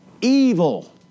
Evil